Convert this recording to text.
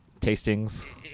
Tastings